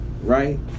right